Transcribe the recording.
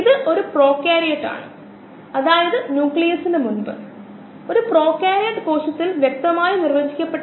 കോശങ്ങൾക്കുള്ളിലെ metabolic പ്രതികരണം അല്ലെങ്കിൽ കോശങ്ങൾക്കുള്ളിലെ ജനിതക പ്രക്രിയകൾ എന്നിവയിലൂടെ ബയോ ഉൽപ്പന്നങ്ങൾ നിർമ്മിക്കാൻ കഴിയും